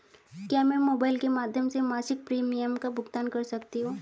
क्या मैं मोबाइल के माध्यम से मासिक प्रिमियम का भुगतान कर सकती हूँ?